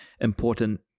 important